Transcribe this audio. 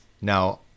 Now